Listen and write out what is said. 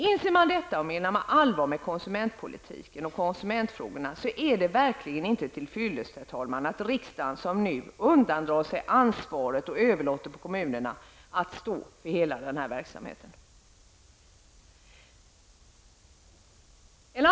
Om man inser detta och om man menar allvar när det gäller konsumentpolitiken och konsumentverksamheten, är det verkligen inte till fyllest att riksdagen, som nu är fallet, undandrar sig ansvaret och överlåter detta på kommunerna, som får stå för hela den här verksamheten.